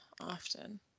often